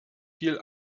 viel